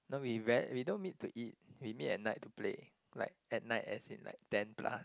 no we rare we don't meet to eat we meet at night to play like at night as in like ten plus